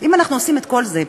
אם אנחנו עושים את כל זה,